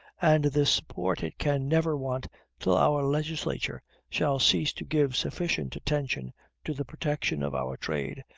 and this support it can never want till our legislature shall cease to give sufficient attention to the protection of our trade,